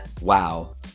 wow